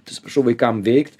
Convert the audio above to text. atsiprašau vaikam veikt